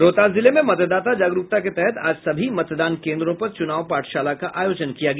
रोहतास जिले में मतदाता जागरूकता के तहत आज सभी मतदान केन्द्रों पर चुनाव पाठशाला का आयोजन किया गया